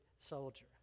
soldier